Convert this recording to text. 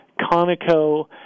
Conoco